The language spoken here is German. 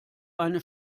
eine